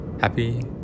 happy